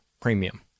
premium